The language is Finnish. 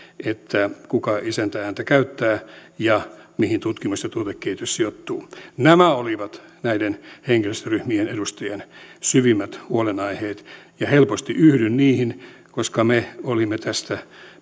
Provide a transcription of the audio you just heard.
kuka isäntä ääntä käyttää ja mihin tutkimus ja tuotekehitys sijoittuu nämä olivat näiden henkilöstöryhmien edustajien syvimmät huolenaiheet ja helposti yhdyn niihin koska me olimme tästä